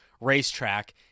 racetrack